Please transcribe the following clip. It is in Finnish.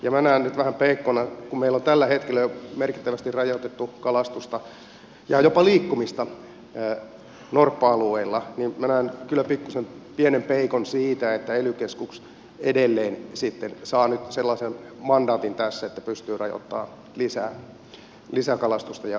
kun meillä on tällä hetkellä jo merkittävästi rajoitettu kalastusta ja jopa liikkumista norppa alueilla niin minä näen nyt kyllä pienen peikon siinä että ely keskus edelleen sitten saa nyt sellaisen mandaatin tässä että pystyy rajoittamaan lisää kalastusta ja liikkumista